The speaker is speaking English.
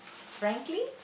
frankly